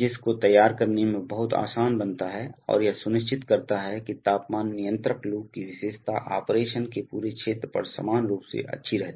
जिसको तैयार करने में बहुत आसान बनता है और यह सुनिश्चित करता है कि तापमान नियंत्रण लूप की विशेषता ऑपरेशन के पूरे क्षेत्र पर समान रूप से अच्छी रहती है